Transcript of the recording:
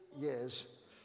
years